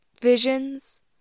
visions